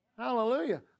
Hallelujah